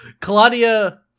Claudia